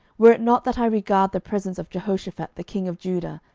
were it not that i regard the presence of jehoshaphat the king of judah,